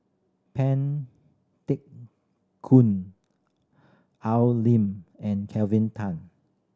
Pang Teck Koon Al Lim and Kelvin Tan